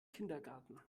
kindergarten